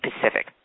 Pacific